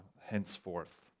henceforth